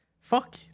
fuck